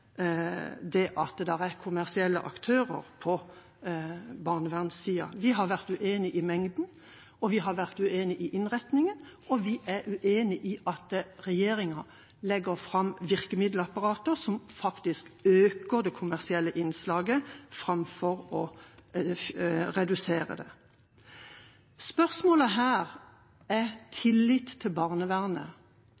vært uenig i mengden, vi har vært uenig i innretningen, og vi er uenig i at regjeringa etablerer et virkemiddelapparat som faktisk øker det kommersielle innslaget framfor å redusere det. Spørsmålet her gjelder tillit til barnevernet. Spørsmålet her er